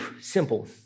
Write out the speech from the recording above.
simple